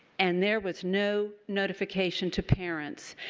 and there was no notification to parents.